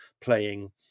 playing